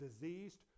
diseased